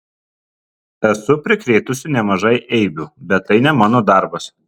esu prikrėtusi nemažai eibių bet tai ne mano darbas